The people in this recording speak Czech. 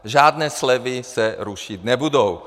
Žádné slevy se rušit nebudou!